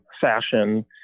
fashion